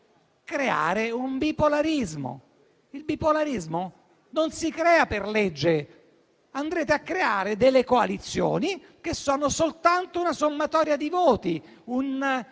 creare il bipolarismo. Il bipolarismo non si crea per legge; andrete a creare delle coalizioni che sono soltanto una sommatoria di voti,